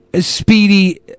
Speedy